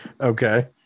Okay